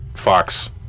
Fox